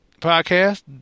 podcast